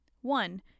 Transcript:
one